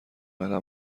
قلمها